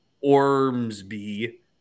Ormsby